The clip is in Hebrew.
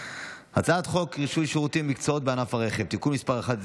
הצעת חוק רישוי שירותים ומקצועות בענף הרכב (תיקון מס' 11),